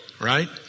right